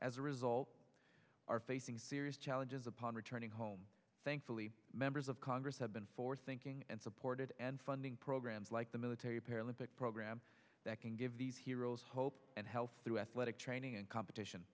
as a result are facing challenges upon returning home thankfully members of congress have been for thinking and supported and funding programs like the military paralympic program that can give these heroes hope and help through athletic training and competition